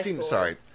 Sorry